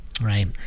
right